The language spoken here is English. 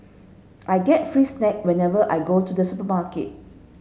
I get free snack whenever I go to the supermarket